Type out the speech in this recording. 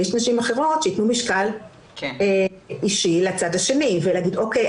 ויש נשים אחרות שיתנו משקל אישי לצד השני ויגידו או.קיי,